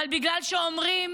אבל בגלל שאומרים